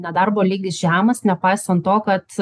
nedarbo lygis žemas nepaisant to kad